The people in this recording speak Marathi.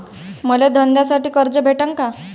मले धंद्यासाठी कर्ज भेटन का?